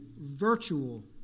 virtual